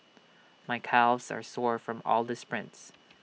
my calves are sore from all the sprints